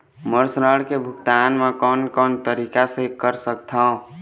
मोर ऋण के भुगतान म कोन कोन तरीका से कर सकत हव?